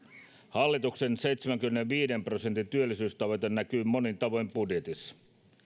hallituksen seitsemänkymmenenviiden prosentin työllisyystavoite näkyy monin tavoin budjetissa